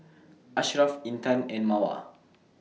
Ashraf Intan and Mawar